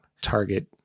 target